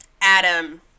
Adam